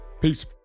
Peace